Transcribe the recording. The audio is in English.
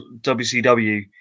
WCW